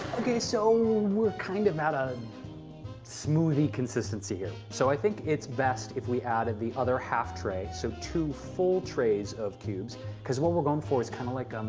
okay, so we're kind of at a smoothie consistency here. so, i think it's best if we added the other half tray, so two full trays of cubes because what we're going for is kind of like